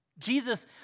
Jesus